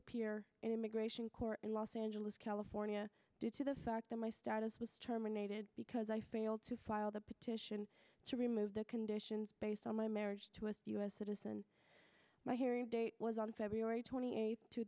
appear in immigration court in los angeles california due to the fact that my status was terminated because i failed to file the petition to remove the conditions based on my marriage to a us citizen my hearing date was on feb twenty eighth two